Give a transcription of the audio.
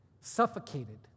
suffocated